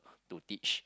to teach